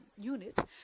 unit